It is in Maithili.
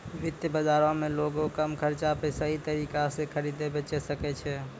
वित्त बजारो मे लोगें कम खर्चा पे सही तरिका से खरीदे बेचै सकै छै